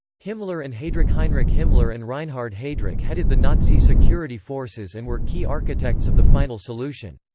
himmler and heydrichheinrich himmler and reinhard heydrich headed the nazi security forces and were key architects of the final solution.